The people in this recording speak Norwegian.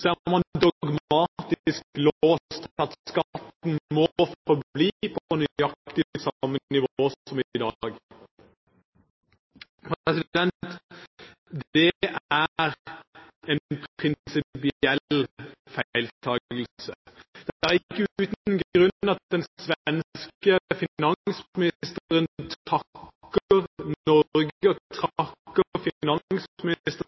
så er man dogmatisk låst til at skatten må forbli på nøyaktig samme nivå som i dag. Det er en prinsipiell feiltakelse. Det er ikke uten grunn at den svenske finansministeren takker Norge